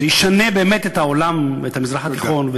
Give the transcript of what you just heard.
זה ישנה באמת את העולם, את המזרח התיכון, תודה.